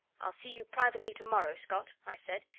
i'll see you privately tomorrow, scott, i said.